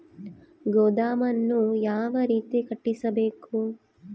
ಗೋದಾಮನ್ನು ಯಾವ ರೇತಿ ಕಟ್ಟಿಸಬೇಕು?